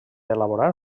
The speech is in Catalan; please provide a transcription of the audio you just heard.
elaborar